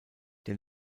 der